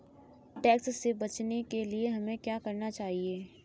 Tax से बचने के लिए हमें क्या करना चाहिए?